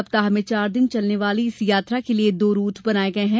सप्ताह में चार दिन चलने वाली इस यात्रा के लिये दो रूट बनाये गये हैं